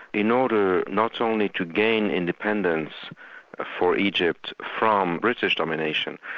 in order not only to gain independence for egypt from british domination,